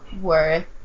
worth